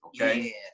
okay